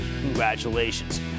congratulations